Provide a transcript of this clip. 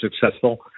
successful